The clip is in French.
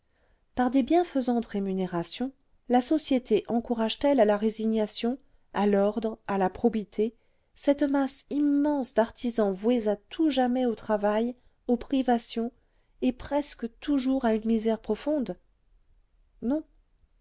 par des bienfaisantes rémunérations la société encourage t elle à la résignation à l'ordre à la probité cette masse immense d'artisans voués à tout jamais au travail aux privations et presque toujours à une misère profonde non